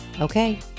Okay